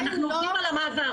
אנחנו עובדים על המעבר.